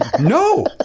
No